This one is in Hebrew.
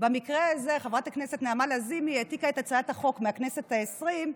שבמקרה הזה חברת הכנסת נעמה לזימי העתיקה את הצעת החוק מהכנסת העשרים,